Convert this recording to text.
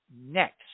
next